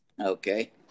okay